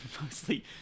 mostly